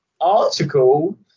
article